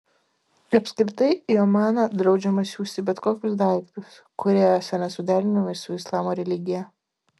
apskritai į omaną draudžiama siųsti bet kokius daiktus kurie esą nesuderinami su islamo religija